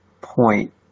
point